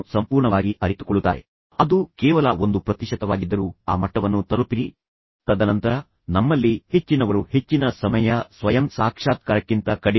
ಈಗ ನೀವು ಸರಿಯಾದ ತಿಳುವಳಿಕೆಯೊಂದಿಗೆ ಮನೆಯಲ್ಲಿ ವಾಸಿಸುವುದು ಹೊರಗಡೆ ಇರುವುದಕ್ಕಿಂತ ತುಂಬ ಮುಖ್ಯವೆಂದು ಎಂದು ಮಗನಿಗೆ ಮನವರಿಕೆ ಮಾಡಿಕೊಡಬೇಕು